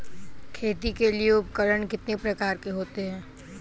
खेती के लिए उपकरण कितने प्रकार के होते हैं?